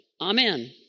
Amen